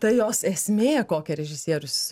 ta jos esmė kokią režisierius